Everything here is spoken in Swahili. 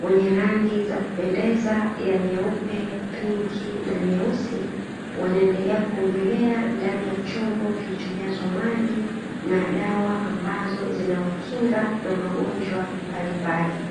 wenye rangi za kupendeza ya nyeupe, pinki na nyeusi wanaendelea kuogelea ndani ya chombo kilichojazwa maji, na dawa ambazo zinawakinga na magonjwa mbalimbali.